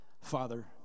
Father